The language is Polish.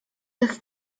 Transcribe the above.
tych